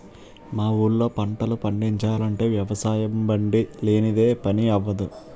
మా ఊళ్ళో పంటలు పండిచాలంటే వ్యవసాయబండి లేనిదే పని అవ్వదు